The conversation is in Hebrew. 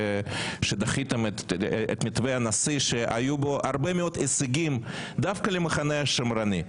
שדחיתם את מתווה הנשיא שהיו בו הרבה מאוד הישגים דווקא למחנה השמרני.